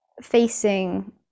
facing